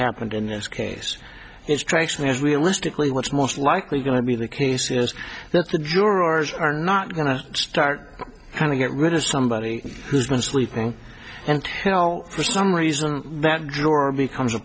happened in this case it strikes me as realistically what's most likely going to be the case is that the jurors are not going to start kind of get rid of somebody who's been sleeping and hell for some reason that joran becomes a